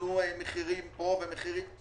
נתנו מחירים פה ומחירים שם.